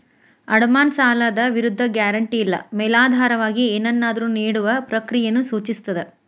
ಅಡಮಾನ ಸಾಲದ ವಿರುದ್ಧ ಗ್ಯಾರಂಟಿ ಇಲ್ಲಾ ಮೇಲಾಧಾರವಾಗಿ ಏನನ್ನಾದ್ರು ನೇಡುವ ಪ್ರಕ್ರಿಯೆಯನ್ನ ಸೂಚಿಸ್ತದ